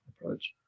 approach